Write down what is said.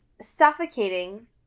suffocating